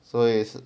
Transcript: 所以是